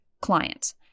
client